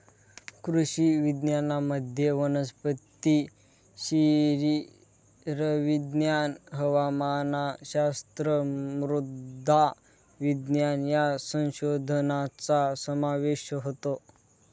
कृषी विज्ञानामध्ये वनस्पती शरीरविज्ञान, हवामानशास्त्र, मृदा विज्ञान या संशोधनाचा समावेश होतो